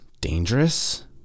dangerous